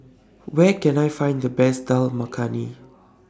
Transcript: Where Can I Find The Best Dal Makhani